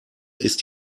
ist